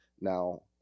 now